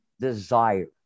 desire